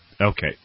Okay